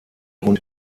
und